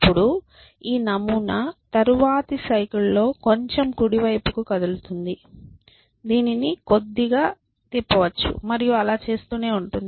అప్పుడు ఈ నమూనా తరువాతి సైకిల్ లో కొంచెం కుడి వైపుకు కదులుతుంది దీనిని కొద్దిగా తిప్పవచ్చు మరియు ఆలా చేస్తూనే ఉంటుంది